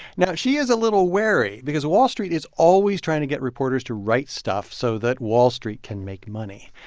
now, she is a little wary because wall street is always trying to get reporters to write stuff so that wall street can make money.